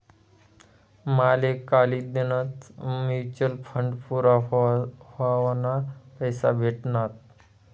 माले कालदीनच mutual fund पूरा व्हवाना पैसा भेटनात